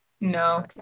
No